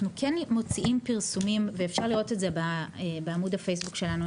אנחנו כן מוציאים פרסומים ואפשר לראות את זה בעמוד הפייסבוק שלנו,